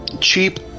cheap